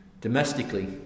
Domestically